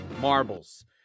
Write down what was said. marbles